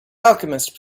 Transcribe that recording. alchemist